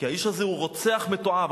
כי האיש הזה הוא רוצח מתועב.